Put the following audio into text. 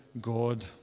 God